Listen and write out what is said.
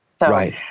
right